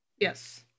Yes